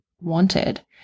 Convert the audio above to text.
wanted